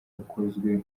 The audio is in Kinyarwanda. ukozwe